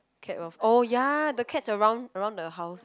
cat welf~ oh ya the cats around around the house